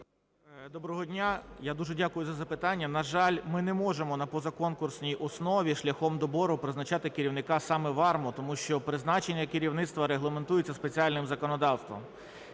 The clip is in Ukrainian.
Доброго дня! Я дуже дякую за запитання. На жаль, ми не можемо на позаконкурсній основі шляхом добору призначати керівника саме в АРМА, тому що призначення керівництва регламентується спеціальним законодавством.